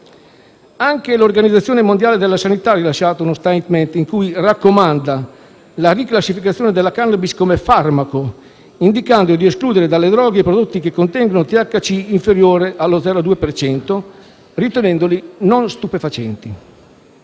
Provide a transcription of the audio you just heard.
Anche l'Organizzazione mondiale della sanità ha rilasciato uno *statement* in cui raccomanda la riclassificazione della *cannabis* come farmaco, indicando di escludere dalle droghe i prodotti che contengono THC in misura inferiore allo 0,2 per cento, ritenendoli non stupefacenti.